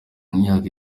imyaka